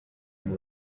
ngo